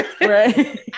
right